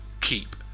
keep